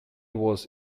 was